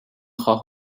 half